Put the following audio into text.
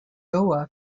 goa